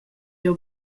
jeu